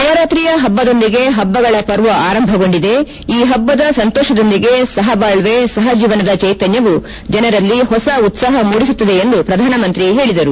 ನವರಾತ್ರಿಯ ಪಬ್ಲದೊಂದಿಗೆ ಪಬ್ಲಗಳ ಪರ್ವ ಆರಂಭಗೊಂಡಿದೆ ಈ ಪಬ್ಲದ ಸಂತೋಪದೊಂದಿಗೆ ಸಹಬಾಳ್ವೆ ಸಹಜೀವನದ ಚೈತನ್ನವು ಜನರಲ್ಲಿ ಹೊಸ ಉತ್ತಾಹ ಮೂಡಿಸುತ್ತದೆ ಎಂದು ಪ್ರಧಾನಮಂತ್ರಿ ಹೇಳಿದರು